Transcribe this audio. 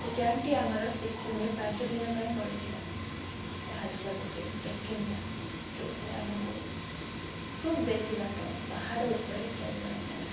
ସେ କ୍ୟାମ୍ପ ଟି ଆମର ସିକିମରେ ପାଞ୍ଚ ଦିନ ପାଇଁ ପଡ଼ିଥିଲା ତାହା ଥିଲା ଗୋଟେ ଟ୍ରେକିଂ କ୍ୟାମ୍ପ ଯୋଉଥିରେ ଆମକୁ ଖୁବ୍ ବେଶୀ ବାଟ ପାହାଡ଼ ଉପରେ ଚାଲିବାର ଥିଲା